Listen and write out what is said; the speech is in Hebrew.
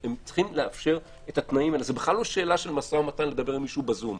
זה בכלל לא שאלה של משא ומתן, לדבר עם מישהו בזום.